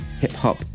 hip-hop